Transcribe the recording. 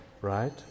Right